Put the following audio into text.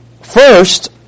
First